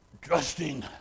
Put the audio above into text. trusting